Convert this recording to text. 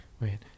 Wait